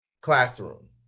classroom